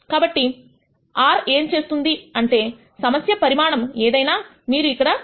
కాబట్టి R ఏం చేస్తుందంటే సమస్య పరిమాణంఏదైనా మీరు ఇక్కడ ఇవ్వవచ్చు